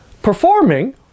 performing